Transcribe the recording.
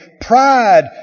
pride